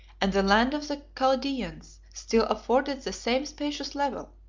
and the land of the chaldaeans still afforded the same spacious level,